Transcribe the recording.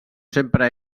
sempre